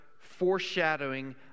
foreshadowing